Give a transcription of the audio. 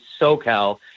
SoCal